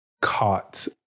caught